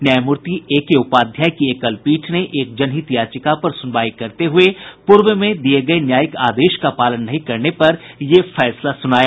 न्यायमूर्ति एके उपाध्याय की एकल पीठ ने एक जनहित याचिका पर सुनवाई करते हुए पूर्व में दिये गये न्यायिक आदेश का पालन नहीं करने पर ये फैसला सुनाया